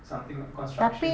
something like construction